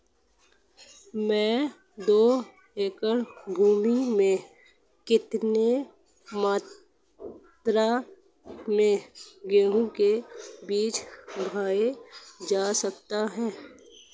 दो एकड़ भूमि में कितनी मात्रा में गेहूँ के बीज बोये जा सकते हैं?